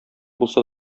булса